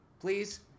Please